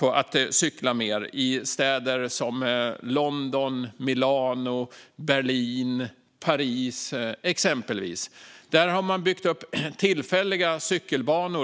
att cykla mer. I städer som London, Milano, Berlin och Paris har man byggt tillfälliga cykelbanor.